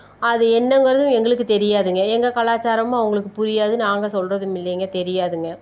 அது என்னங்கிறதும் எங்களுக்கு தெரியாதுங்க எங்கள் கலாச்சாரமும் அவங்களுக்கு புரியாது நாங்கள் சொல்கிறதும் இல்லைங்க தெரியாதுங்க